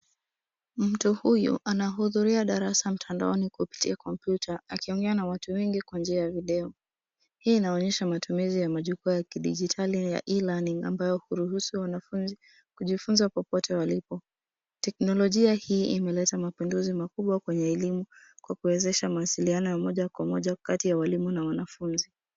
Mtu huyu anahudhuria darasa mtandaoni kupitia kompyuta, akiongea na watu wengi kwa njia ya video. Hii inaonyesha matumizi ya majupuwa ya kidigitalia ya e-learning ambayo huruhusu wanafunzi kujifunza popote walipo. Teknolojia hii imeleta mapenduzi makubwa kwenye elimu kwa kuwezesha mawasiliano ya moja kwa moja kati ya walimu na wanafunzi.